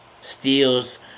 steals